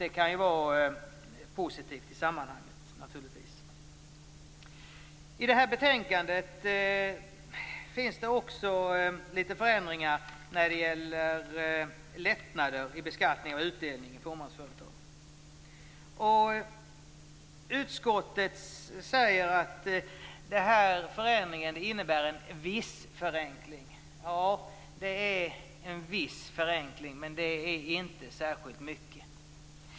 Det kan naturligtvis vara positivt i sammanhanget. I det här betänkandet finns det också lite förändringar när det gäller lättnader i beskattning av utdelning i fåmansföretag. Utskottet säger att förändringarna innebär en viss förenkling. Det är en viss förenkling, men det är inte särskilt mycket.